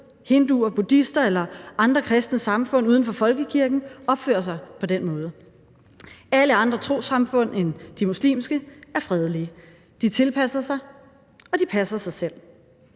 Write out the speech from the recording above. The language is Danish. hinduer, buddhister eller andre kristne samfund uden for folkekirken opfører sig på den måde. Alle andre trossamfund end de muslimske er fredelige. De tilpasser sig, og de passer sig selv.